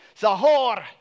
Zahor